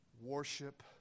worship